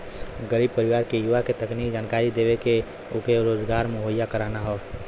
गरीब परिवार के युवा के तकनीकी जानकरी देके उनके रोजगार मुहैया कराना हौ